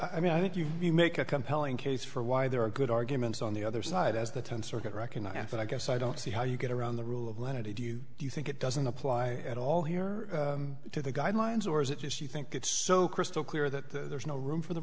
i mean i think you make a compelling case for why there are good arguments on the other side as the tenth circuit recognized and i guess i don't see how you get around the rule of lenity do you do you think it doesn't apply at all here to the guidelines or is it just you think it's so crystal clear that there's no room for the